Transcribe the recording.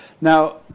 Now